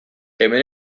hemen